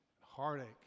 heartache